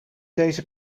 deze